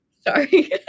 sorry